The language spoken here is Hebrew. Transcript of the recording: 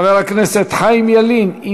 חבר הכנסת חיים ילין.